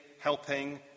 helping